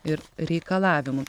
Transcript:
ir reikalavimų